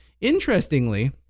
Interestingly